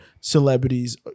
celebrities